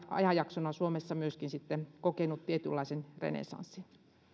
ajanjaksona suomessa myöskin kokenut tietynlaisen renessanssin